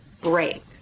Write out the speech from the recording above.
break